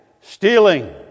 stealing